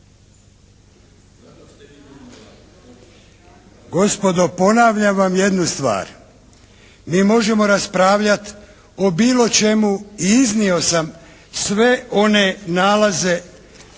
Gospodo ponavljam vam jednu stvar. Mi možemo raspravljati o bilo čemu i iznio sam sve one nalaze